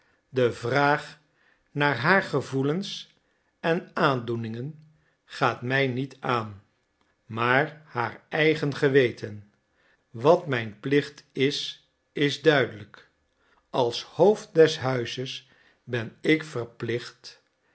de vraag naar haar gevoelens en aandoeningen gaat mij niet aan maar haar eigen geweten wat mijn plicht is is duidelijk als hoofd des huizes ben ik verplicht